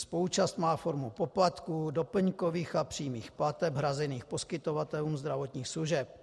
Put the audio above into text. Spoluúčast má formu poplatků, doplňkových a přímých plateb hrazených poskytovatelům zdravotních služeb.